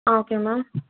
ah okay ma'am